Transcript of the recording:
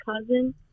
cousin